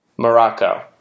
Morocco